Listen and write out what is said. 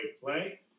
play